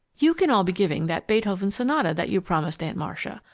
you can all be giving that beethoven sonata that you promised aunt marcia.